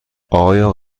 آیا